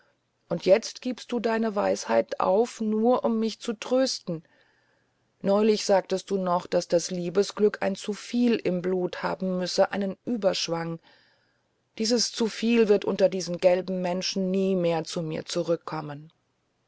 und jetzt gibst du deine weisheit auf nur um mich zu trösten neulich sagtest du noch daß das liebesglück ein zuviel im blut haben müsse einen überschwang dieses zuviel wird unter diesen gelben menschen nie mehr zu mir zurückkommen